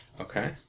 Okay